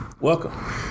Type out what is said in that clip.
welcome